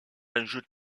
enjeux